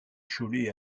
cholet